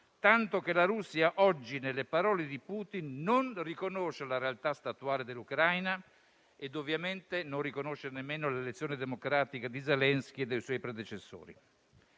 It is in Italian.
tanto che la Russia oggi, nelle parole di Putin, non riconosce la realtà statuale dell'Ucraina e ovviamente non riconosce nemmeno le elezioni democratiche di Zelensky e dei suoi predecessori?